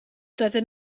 doedden